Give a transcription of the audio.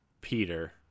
Peter